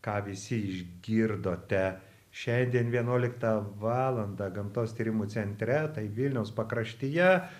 ką visi išgirdote šiandien vienuoliktą valandą gamtos tyrimų centre tai vilniaus pakraštyje